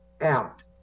out